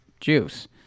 juice